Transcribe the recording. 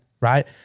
right